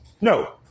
No